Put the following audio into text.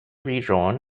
redrawn